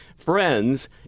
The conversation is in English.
friends